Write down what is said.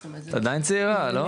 זאת אומרת זה לא שהיום אני מבוגרת,